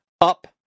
up